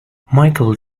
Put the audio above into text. michael